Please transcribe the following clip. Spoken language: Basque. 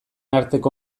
arteko